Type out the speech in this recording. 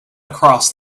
across